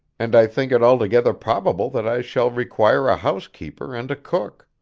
and i think it altogether probable that i shall require a house-keeper and a cook.